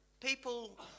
people